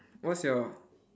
what's your